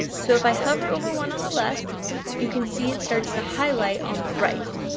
so if i hover over one on the left you can see it starts to highlight on the right.